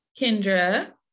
kendra